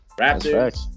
Raptors